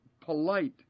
polite